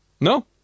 no